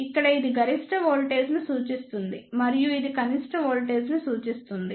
ఇక్కడ ఇది గరిష్ట వోల్టేజ్ను సూచిస్తుంది మరియు ఇది కనిష్ట వోల్టేజ్ను సూచిస్తుంది